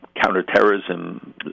counterterrorism